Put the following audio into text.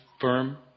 firm